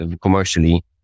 commercially